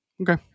Okay